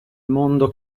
mondo